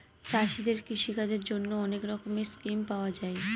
চাষীদের কৃষিকাজের জন্যে অনেক রকমের স্কিম পাওয়া যায়